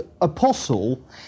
Apostle